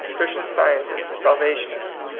christian sci entists, and salvationists,